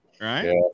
Right